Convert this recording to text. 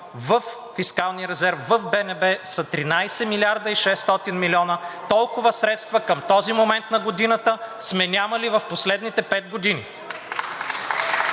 във фискалния резерв в БНБ, са 13 милиарда и 600 милиона. Толкова средства към този момент на годината сме нямали в последните пет години.